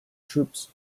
troops